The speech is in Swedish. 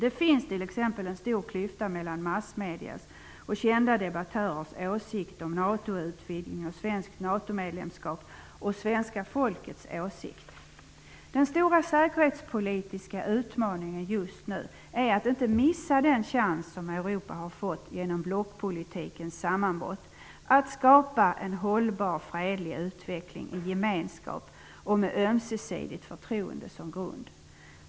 Det finns t.ex. en stor klyfta mellan å ena sidan massmediernas och kända debattörers åsikt om NATO-utvidgning och svenskt NATO-medlemskap och å andra sidan svenska folkets åsikt. Den stora säkerhetspolitiska utmaningen just nu är att inte missa den chans som Europa genom blockpolitikens sammanbrott har fått att skapa en hållbar fredlig utveckling i gemenskap och med ömsesidigt förtroende som grund.